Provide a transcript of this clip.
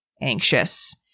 anxious